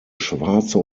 schwarze